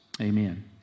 Amen